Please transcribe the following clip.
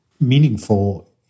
meaningful